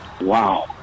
Wow